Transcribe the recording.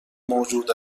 موجود